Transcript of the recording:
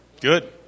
Good